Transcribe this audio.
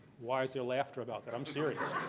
why is there laughter about that? i'm serious.